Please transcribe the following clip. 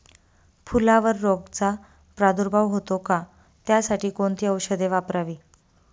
फुलावर रोगचा प्रादुर्भाव होतो का? त्यासाठी कोणती औषधे वापरावी?